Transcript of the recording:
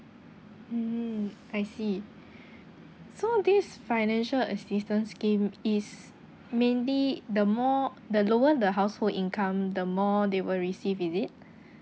mm I see so this financial assistance scheme is mainly the more the lower the household income the more they will receive is it